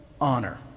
honor